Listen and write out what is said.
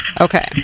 Okay